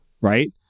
Right